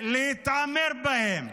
ולהתעמר בהם